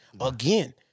Again